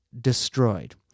destroyed